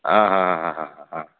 હા હા હા હા